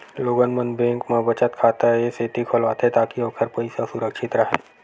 लोगन मन बेंक म बचत खाता ए सेती खोलवाथे ताकि ओखर पइसा सुरक्छित राहय